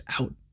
out